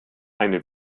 eine